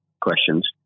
questions